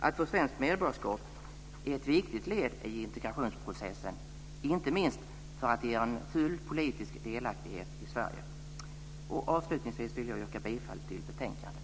Att få svenskt medborgarskap är ett viktigt led i integrationsprocessen, inte minst för att det ger en full politisk delaktighet i Sverige. Avslutningsvis vill jag yrka bifall till hemställan i betänkandet.